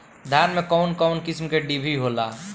धान में कउन कउन किस्म के डिभी होला?